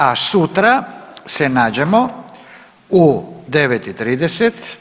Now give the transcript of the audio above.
A sutra se nađemo u 9,30.